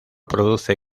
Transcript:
produce